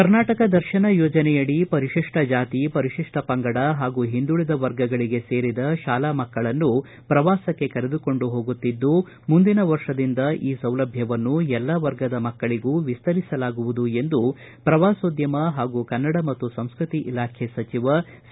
ಕರ್ನಾಟಕ ದರ್ಶನ ಯೋಜನೆಯಡಿ ಪರಿಶಿಷ್ಟ ಜಾತಿ ಪರಿಶಿಷ್ಟ ಪಂಗಡ ಹಾಗೂ ಹಿಂದುಳದ ವರ್ಗಗಳಿಗೆ ಸೇರಿದ ಶಾಲಾ ಮಕ್ಕಳನ್ನು ಪ್ರವಾಸಕ್ಕೆ ಕರೆದುಕೊಂಡು ಹೋಗುತ್ತಿದ್ದು ಮುಂದಿನ ವರ್ಷದಿಂದ ಈ ಸೌಲಭ್ಯವನ್ನು ಎಲ್ಲಾ ವರ್ಗದ ಮಕ್ಕಳಗೂ ವಿಸ್ತರಿಸಲಾಗುವುದು ಎಂದು ಪ್ರವಾಸೋದ್ಯಮ ಹಾಗೂ ಕನ್ನಡ ಮತ್ತು ಸಂಸ್ಟತಿ ಇಲಾಖೆ ಸಚಿವ ಸಿ